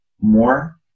more